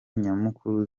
nyamukuru